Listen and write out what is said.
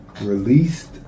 released